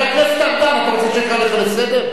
חבר הכנסת ארדן, אתה רוצה שאקרא אותך לסדר?